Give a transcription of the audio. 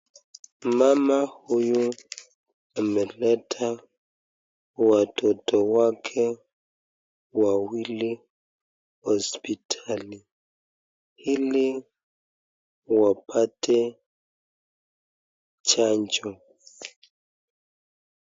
Mama huyu ameleta watoto wake wawili hospitali ili wapate chanjo.